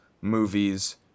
movies